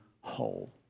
whole